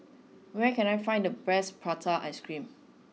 where can I find the best Prata Ice Cream